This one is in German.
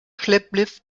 schlepplift